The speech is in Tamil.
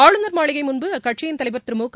ஆளுநர் மாளிகைமுன்பு அக்கட்சியின் தலைவர் திருமுக